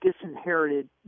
disinherited